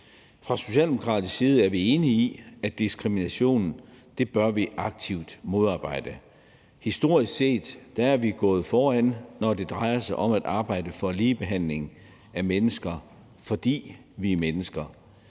Fra socialdemokratisk side er vi enige i, at vi aktivt bør modarbejde diskrimination. Historisk set er vi gået foran, når det drejer sig om at arbejde for ligebehandling af mennesker, fordi vi er mennesker.